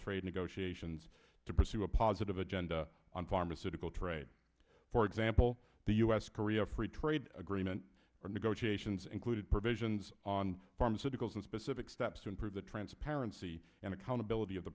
trade negotiations to pursue a positive agenda on pharmaceutical trade for example the us korea free trade agreement negotiations included provisions on pharmaceuticals in specific steps to improve the transparency and accountability of the